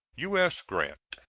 u s. grant.